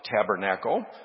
tabernacle